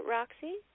Roxy